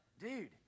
dude